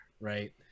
right